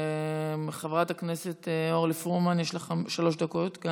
חברת הכנסת אורלי פרומן, גם יש לך שלוש דקות.